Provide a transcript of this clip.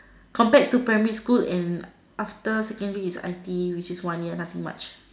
compared to primary school and after secondary is I_T_E which is one year nothing much